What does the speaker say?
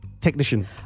Technician